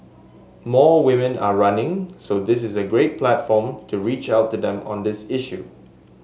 more women are running so this is a great platform to reach out to them on this issue